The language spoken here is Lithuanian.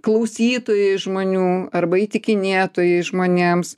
klausytojai žmonių arba įtikinėtojai žmonėms